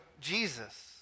Jesus